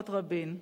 משפחת רבין,